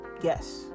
Yes